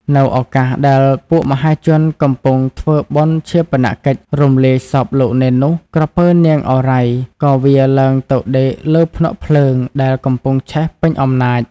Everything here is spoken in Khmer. នៅឱកាសដែលពួកមហាជន កំពុងធ្វើបុណ្យឈាបនកិច្ចរំលាយសពលោកនេននោះ, ក្រពើ នាងឱរ៉ៃ ក៏វារ ឡើងទៅដេកលើភ្នក់ភ្លើងដែលកំពុងឆេះពេញអំណាច ។